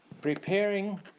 Preparing